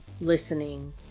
listening